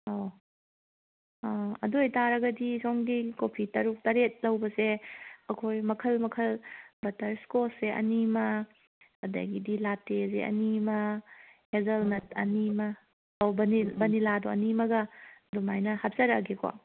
ꯑꯧ ꯑꯗꯨ ꯑꯣꯏꯇꯥꯔꯒꯗꯤ ꯁꯣꯝꯒꯤ ꯀꯣꯐꯤ ꯇꯔꯨꯛ ꯇꯔꯦꯠ ꯂꯧꯕꯁꯦ ꯑꯩꯈꯣꯏ ꯃꯈꯜ ꯃꯈꯜ ꯕꯠꯇꯔ ꯏꯁꯀꯣꯁꯁꯦ ꯑꯅꯤꯃ ꯑꯗꯒꯤꯗꯤ ꯂꯥꯇꯦꯁꯦ ꯑꯅꯤꯃ ꯍꯦꯖꯜꯅꯠ ꯑꯅꯤꯃ ꯚꯅꯤꯜꯂꯥꯗꯣ ꯑꯅꯤꯃꯒ ꯑꯗꯨꯃꯥꯏꯅ ꯍꯥꯞꯆꯔꯛꯑꯒꯦꯀꯣ